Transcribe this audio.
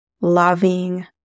loving